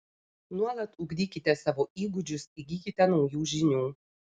nuolat ugdykite savo įgūdžius įgykite naujų žinių